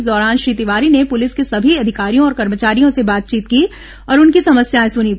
इस दौरान श्री तिवारी ने पुलिस के सभी अधिकारियों और कर्मचारियों से बातचीत की और उनकी समस्याए सुनीं